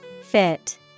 Fit